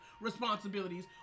responsibilities